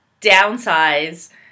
downsize